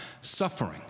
suffering